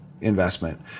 investment